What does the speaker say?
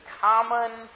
common